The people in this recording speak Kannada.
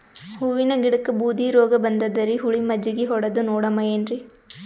ಹೂವಿನ ಗಿಡಕ್ಕ ಬೂದಿ ರೋಗಬಂದದರಿ, ಹುಳಿ ಮಜ್ಜಗಿ ಹೊಡದು ನೋಡಮ ಏನ್ರೀ?